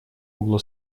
углу